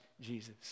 Jesus